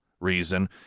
reason